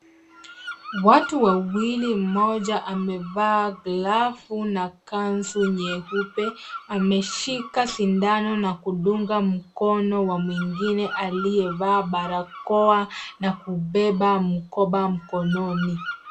Watu Wawili. Mmoja amevaa glavu na kanzu nyeupe ameshika sindano na kudunga mkono wa mwingine aliye vaa barakoa na kubeba mkoba mkononi.